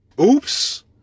Oops